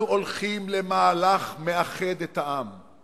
אנחנו הולכים למהלך שמאחד את העם,